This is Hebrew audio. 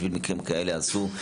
בשביל מקרים כאלה עשו.